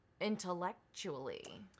intellectually